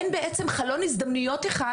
אין בעצם חלון הזדמנויות אחד,